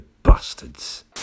Bastards